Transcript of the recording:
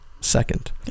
second